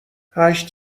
هشت